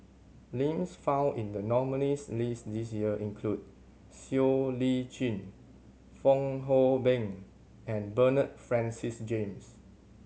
names found in the nominees' list this year include Siow Lee Chin Fong Hoe Beng and Bernard Francis James